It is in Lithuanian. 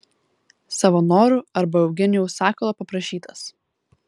savo noru arba eugenijaus sakalo paprašytas